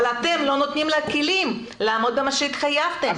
אבל אתם לא נותנים לה כלים לעמוד במה שהתחייבתם,